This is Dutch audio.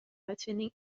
uitvinding